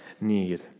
need